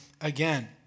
again